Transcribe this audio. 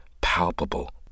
palpable